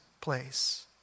place